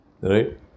Right